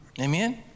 Amen